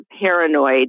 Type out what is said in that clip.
paranoid